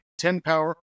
10-power